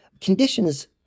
conditions